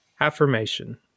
affirmation